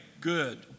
Good